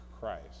Christ